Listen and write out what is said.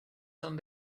son